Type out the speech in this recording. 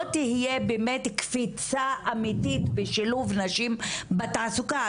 תהיה באמת קפיצה אמיתית בשילוב נשים בתעסוקה.